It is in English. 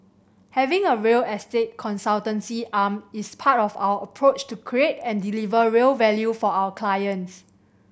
having a real estate consultancy arm is part of our approach to create and deliver real value for our clients